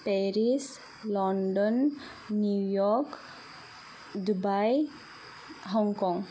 Paris London New York Dubai Hong Kong